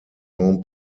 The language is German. jean